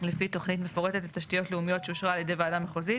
לפי תוכנית מפורטת לתשתיות לאומיות שאושרה על ידי ועדה מחוזית,